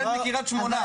ילד מקרית שמונה.